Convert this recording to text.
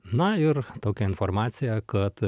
na ir tokia informacija kad